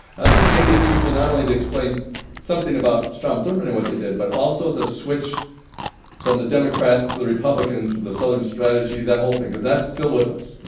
i think maybe it's useful not only to explain something about strom thurman and what they did but also the switch from the democrats to the republicans the southern strategy that whole thing because that's still with us,